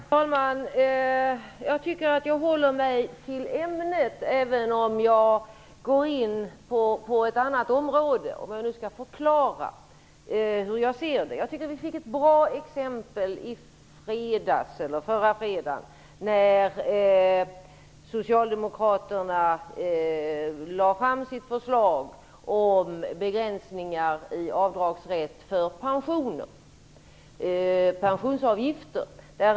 Herr talman! Jag tycker att jag håller mig till ämnet även om jag går in på ett annat område för att förklara hur jag ser det. Jag tycker att vi fick ett bra exempel förra fredagen när socialdemokraterna lade fram sitt förslag om begränsningar i avdragsrätten för pensionsavgifter.